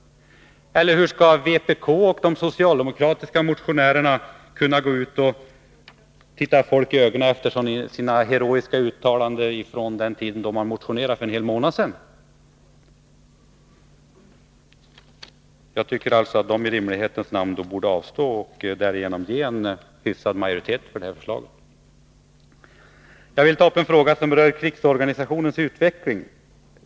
Hur skall vpk och de socialdemokratiska motionärerna kunna gå ut och se folk i ögonen, med tanke på de heroiska uttalanden som gjordes i motioner för en hel månad sedan? De borde i all rimlighets namn avstå från att rösta. Därmed skulle de skapa möjligheter för en hyfsad majoritet för det här förslaget. Jag vill också ta upp en fråga som berör krigsorganisationens utveckling.